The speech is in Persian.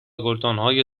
گلدانهای